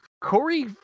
Corey